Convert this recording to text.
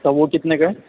اچھا وہ کتنے کا ہے